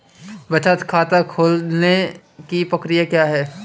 बचत खाता खोलने की प्रक्रिया क्या है?